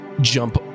jump